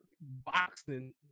boxing